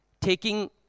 taking